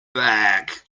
back